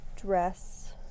dress